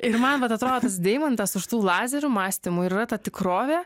ir man vat atrodo tas deimantas už tų lazerių mąstymų ir yra ta tikrovė